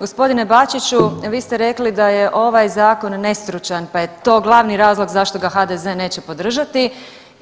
Gospodine Bačiću vi ste rekli da je ovaj zakon nestručan pa je to glavni razlog zašto ga HDZ neće podržati